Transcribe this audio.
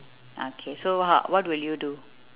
okay so ho~ what will you do